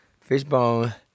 Fishbone